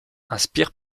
inspire